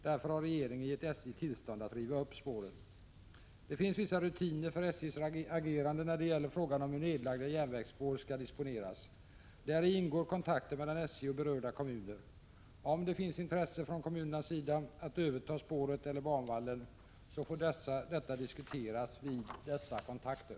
Därför har regeringen gett SJ tillstånd att riva upp spåren. Det finns vissa rutiner för SJ:s agerande när det gäller frågan om hur nedlagda järnvägsspår skall disponeras. Där ingår kontakter mellan SJ och berörda kommuner. Om det finns intresse från kommunernas sida att överta spåret eller banvallen, får detta diskuteras vid dessa kontakter.